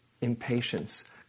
impatience